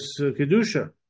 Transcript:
Kedusha